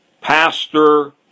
pastor